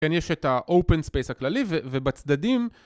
כאן יש את הopen space הכללי ובצדדים